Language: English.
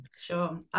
Sure